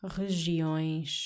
regiões